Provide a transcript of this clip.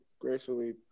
gracefully